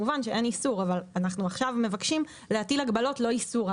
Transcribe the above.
עכשיו אנחנו מבקשים להטיל הגבלות, לא לאסור.